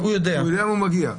הוא יודע והוא מגיע.